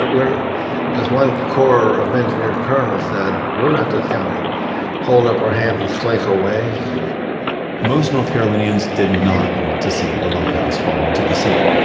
but as one corp of engineer colonel said, we're not just gonna hold up our hands and slink away most north carolinians did not want to see the lighthouse fall into the sea.